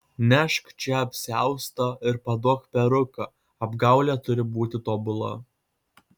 nešk čia apsiaustą ir paduok peruką apgaulė turi būti tobula